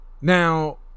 Now